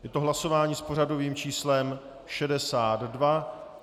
Je to hlasování s pořadovým číslem 62.